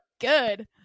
good